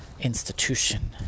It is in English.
institution